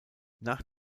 nach